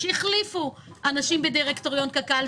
שהחליפו אנשים בדירקטוריון קק"ל,